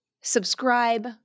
subscribe